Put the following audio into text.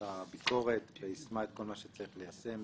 ביקורת ויישמה את כל מה שצריך ליישם.